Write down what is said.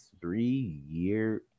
three-year